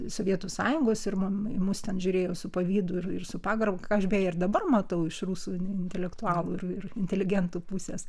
sovietų sąjungos ir mam į mus ten žiūrėjo su pavydu ir su pagarba ką aš beje ir dabar matau iš rusų in intelektualų ir inteligentų pusės